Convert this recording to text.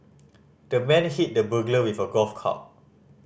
the man hit the burglar with a golf club